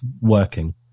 working